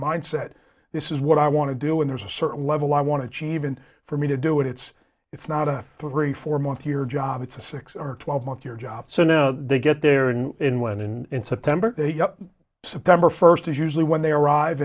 mindset this is what i want to do and there's a certain level i want to achieve and for me to do it it's it's not a three four month year it's a six or twelve month your job so now they get there in one in september september first is usually when they arrive